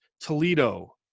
Toledo